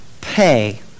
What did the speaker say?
pay